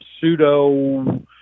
pseudo